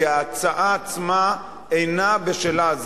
כי ההצעה עצמה אינה בשלה,